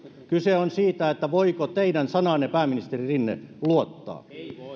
kyse on siitä voiko teidän sanaanne pääministeri rinne luottaa